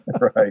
Right